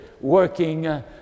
working